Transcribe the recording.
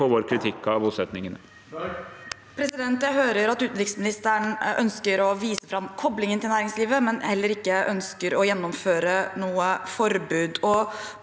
Jeg hø- rer at utenriksministeren ønsker å vise fram koblingen til næringslivet, men ikke ønsker å gjennomføre noe forbud.